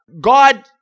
God